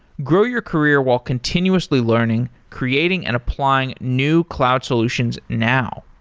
grow your career while continuously learning, creating and applying new cloud solutions now.